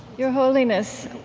your holiness,